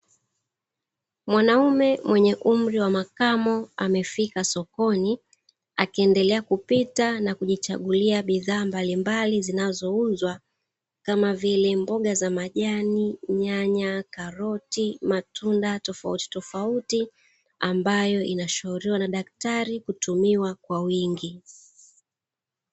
Mwanaume mwenye umri wa makamo amefika sokoni, akiendelea kupita na kujichagullia bidhaa mbalimbali zinazouzwa, kama vile: mboga za majani, nyanya, karoti, matunda tofautitofauti ambayo inashauriwa na daktari kutumiwa kwa wingi.